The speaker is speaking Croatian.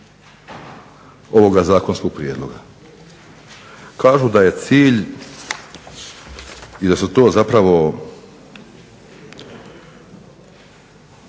ovoga zakonskog prijedloga? Kažu da je cilj i da su to zapravo